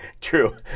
True